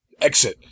exit